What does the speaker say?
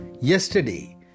Yesterday